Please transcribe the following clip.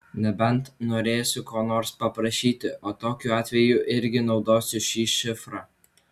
nebent norėsiu ko nors paprašyti o tokiu atveju irgi naudosiu šį šifrą